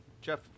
jeff